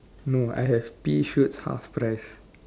no I have pea shoots half price